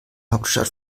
hauptstadt